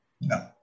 No